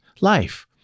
life